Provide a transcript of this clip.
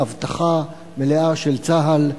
באבטחה מלאה של צה"ל,